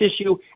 issue